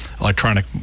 electronic